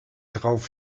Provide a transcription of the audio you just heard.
darauf